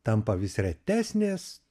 tampa vis retesnės